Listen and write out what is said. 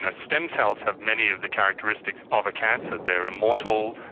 and stem cells have many of the characteristics of a cancer they are immortal,